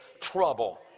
trouble